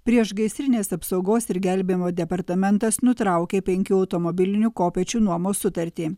priešgaisrinės apsaugos ir gelbėjimo departamentas nutraukė penkių automobilinių kopėčių nuomos sutartį